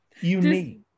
Unique